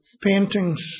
paintings